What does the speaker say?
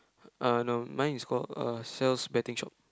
uh no mine is called uh Sal's betting shop